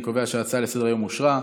אני קובע שההצעה לסדר-היום אושרה,